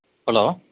hello